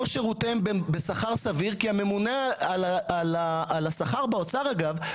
שירותיהם בשכר סביר כי הממונה על השכר באוצר אגב,